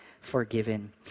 forgiven